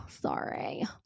Sorry